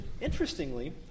interestingly